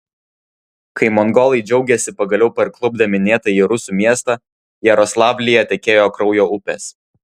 kai mongolai džiaugėsi pagaliau parklupdę minėtąjį rusų miestą jaroslavlyje tekėjo kraujo upės